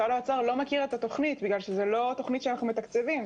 משרד האוצר לא מכיר את התוכנית כי זו לא תוכנית שאנחנו מתקצבים,